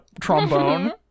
trombone